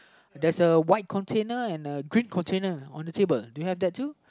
there's a white container and uh green container on the table do you have that too